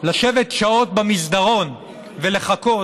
לשבת שעות במסדרון ולחכות